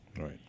Right